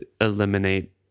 eliminate